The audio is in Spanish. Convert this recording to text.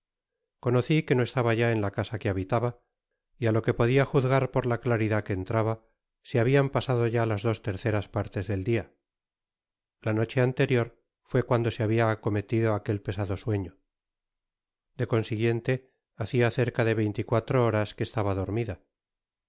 conoci que no estaba ya en la casa que habitaba y á lo que podia juzgar por la claridad que entraba se habian pasado ya las dos terceras partes del dia la noche anterior fué cuando me habia acometido aquel pesado sueño de consiguiente hacia cerca de veinte y cuatro horas que estaba dormida